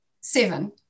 seven